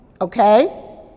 Okay